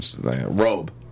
robe